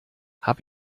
hab